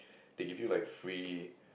they give you like free